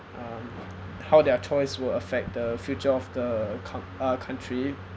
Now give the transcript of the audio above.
um how their choice will affect the future of the coun~ uh country